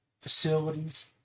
facilities